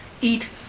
eat